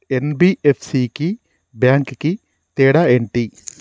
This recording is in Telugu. ఎన్.బి.ఎఫ్.సి కి బ్యాంక్ కి తేడా ఏంటి?